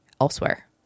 elsewhere